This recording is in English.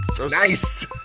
Nice